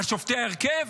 על שופטי ההרכב